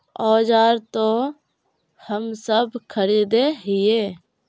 औजार तो हम सब खरीदे हीये?